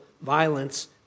violence